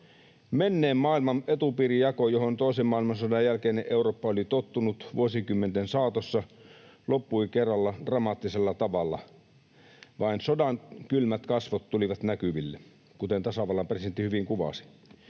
Menneen maailman etupiirijako, johon toisen maailmansodan jälkeinen Eurooppa oli tottunut vuosikymmenten saatossa, loppui kerralla dramaattisella tavalla. Vain sodan kylmät kasvot tulivat näkyville, kuten tasavallan presidentti hyvin kuvasi.